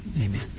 Amen